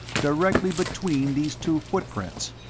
directly between these two footprints,